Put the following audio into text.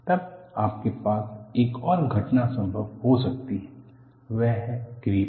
तब आपके पास एक और घटना संभव हो सकती है वह है क्रीप